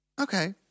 okay